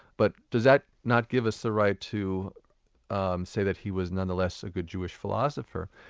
but does that not give us the right to um say that he was nonetheless a good jewish philosopher?